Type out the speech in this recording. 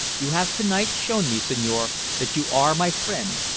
you have to-night shown me, signore, that you are my friend,